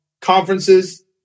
conferences